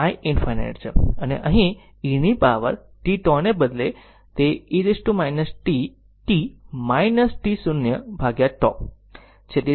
તેથી iinfinity છે iinfinity છે અને અહીં e ની પાવર tτ ને બદલે તે e t t t 0τ છે